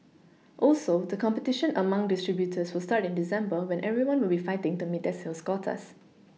also the competition among distributors will start in December when everyone will be fighting to meet their sales quotas